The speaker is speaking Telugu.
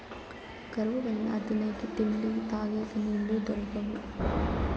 కరువు వల్ల తినేకి తిండి, తగేకి నీళ్ళు దొరకవు